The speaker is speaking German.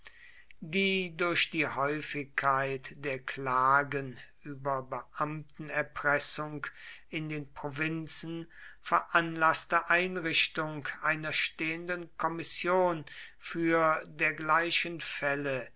die durch die häufigkeit der klagen über beamtenerpressung in den provinzen veranlaßte einrichtung einer stehenden kommission für dergleichen fälle